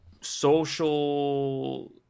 social